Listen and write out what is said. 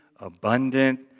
abundant